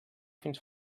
fins